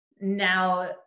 now